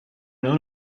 known